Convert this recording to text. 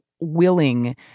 willing